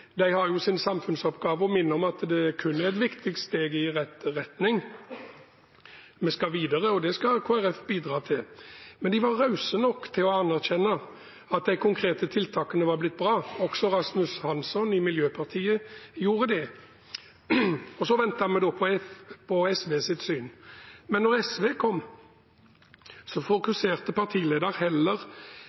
De har jo sin samfunnsoppgave å minne om at det kun er et viktig steg i rett retning. Vi skal videre, og det skal Kristelig Folkeparti bidra til. Men de var rause nok til å anerkjenne at de konkrete tiltakene var blitt bra, også Rasmus Hansson i Miljøpartiet De Grønne gjorde det. Så ventet vi på SVs syn, men da det kom, fokuserte partilederen heller